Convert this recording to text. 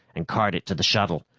and cart it to the shuttle.